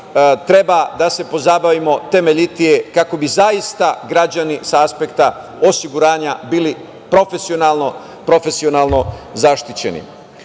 treba da se pozabavimo temeljitije, kako bi zaista građani sa aspekta osiguranja bili profesionalno zaštićeni. Pitanje